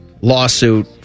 lawsuit